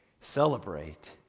celebrate